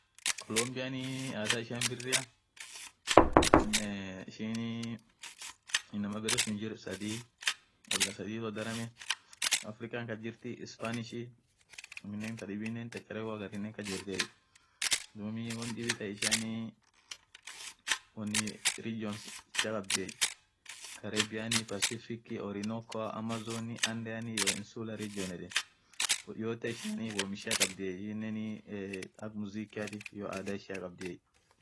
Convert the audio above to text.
Colombian adhaa ishian birria nee ishini inamaa berre suun jir sadhii kabila sadhii woth dharamee african kasjirthi spanish aminen thadhibin chacharekho hagarinen kasjirthiye dhub won dhibi thaa ishian wonni regions jaa khabdhiye carebiean persiffic orri nokoa amazoni andeani iyo insulaa region yedheni yote ishian womm ishia khabdhi ishinen ee thaa akaa mzikiathi iyoo adhaa ishia khabdhiye